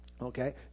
Okay